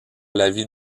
l’avis